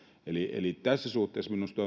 eli eli tässä suhteessa minusta